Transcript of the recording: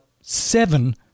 seven